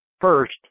First